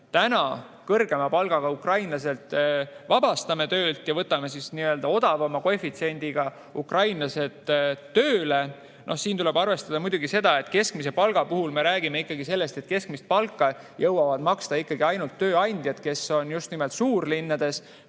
täna kõrgema palgaga ukrainlased vabastame töölt ja võtame väiksema koefitsiendiga ukrainlased tööle. Siin tuleb arvestada muidugi seda, et keskmise palga puhul me räägime ikkagi sellest, et keskmist palka jõuavad maksta ainult need tööandjad, kes on just nimelt suurlinnades.